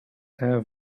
have